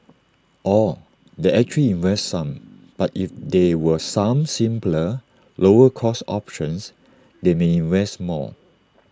or they actually invest some but if there were some simpler lower cost options they may invest more